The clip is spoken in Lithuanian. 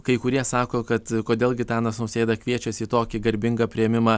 kai kurie sako kad kodėl gitanas nausėda kviečiasi į tokį garbingą priėmimą